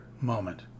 moment